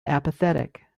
apathetic